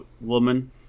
woman